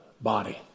body